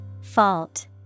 Fault